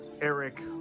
Eric